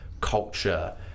culture